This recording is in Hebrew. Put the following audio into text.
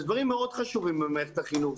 אלה דברים מאוד חשובים במערכת החינוך,